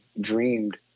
dreamed